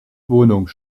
wohnung